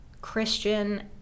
Christian